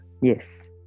Yes